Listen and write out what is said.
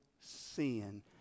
sin